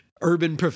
urban